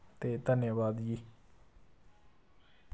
ते धन्यवाद जी